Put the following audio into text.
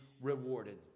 rewarded